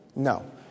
No